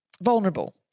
vulnerable